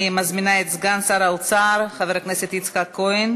אני מזמינה את סגן שר האוצר חבר הכנסת יצחק כהן